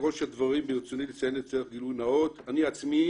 בראש הדברים ברצוני לציין לשם הגילוי הנאות שאני עצמי